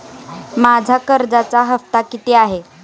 माझा कर्जाचा हफ्ता किती आहे?